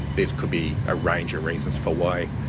there could be a range of reasons for why,